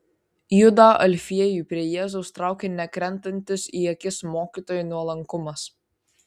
judą alfiejų prie jėzaus traukė nekrentantis į akis mokytojo nuolankumas